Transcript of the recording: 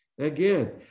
again